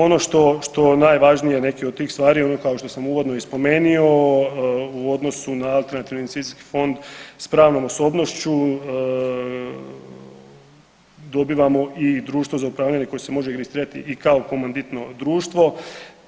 Ono što najvažnije neke od tih stvari kao što sam uvodno i spomenuo u odnosu na alternativni investicijski fond s pravnom osobnošću dobivamo i društvo za upravljanje koje se može i registrirati kao komanditno društvo,